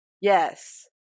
Yes